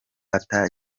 ata